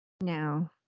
No